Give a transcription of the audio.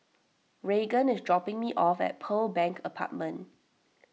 Raegan is dropping me off at Pearl Bank Apartment